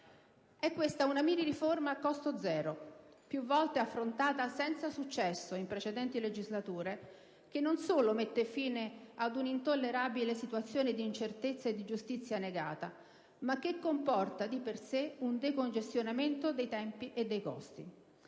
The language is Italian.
È questa una miniriforma a costo zero, più volta affrontata senza successo in precedenti legislature, che non solo mette fine ad un'intollerabile situazione di incertezza e di giustizia negata, ma che comporta di per sé un decongestionamento dei tempi e dei costi.